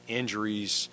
injuries